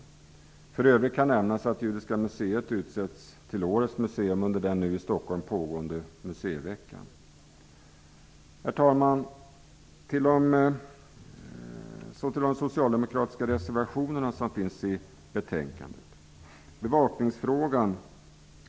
Jag kan för övrigt nämna att Judiska museet utsetts till årets museum under den i Så vill jag tala om de socialdemokratiska reservationer som fogats till betänkandet.